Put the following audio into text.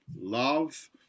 love